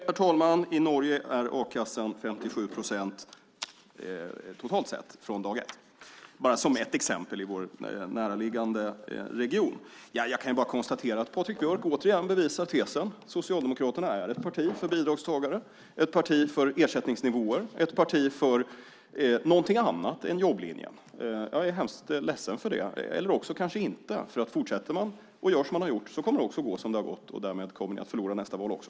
Herr talman! I Norge är a-kassan 57 procent totalt sett från dag ett - bara som ett exempel i vår näraliggande region. Jag kan konstatera att Patrik Björck återigen bevisar tesen att Socialdemokraterna är ett parti för bidragstagare, ett parti för ersättningsnivåer, ett parti för någonting annat än jobblinjen. Jag är hemskt ledsen för det - eller kanske inte, för om man fortsätter att göra som man har gjort kommer det att gå som det har gått. Därmed kommer ni att förlora nästa val också.